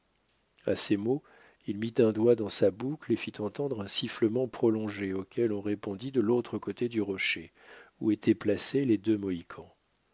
à ces mots il mit un doigt dans sa bouche et fit entendre un sifflement prolongé auquel on répondit de l'autre côté du rocher où étaient placés les deux mohicans